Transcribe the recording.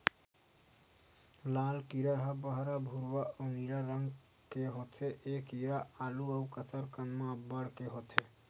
लाल कीरा ह बहरा भूरवा अउ नीला रंग के होथे ए कीरा आलू अउ कसरकंद म अब्बड़ के होथे